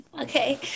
Okay